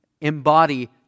embody